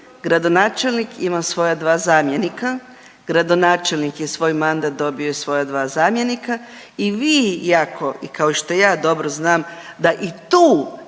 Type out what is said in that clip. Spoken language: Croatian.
Gradonačelnik ima svoja dva zamjenika. Gradonačelnik je svoj mandat dobio i svoja dva zamjenika i vi jako i kao što ja dobro znam da i tu